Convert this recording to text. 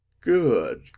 good